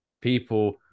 people